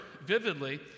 vividly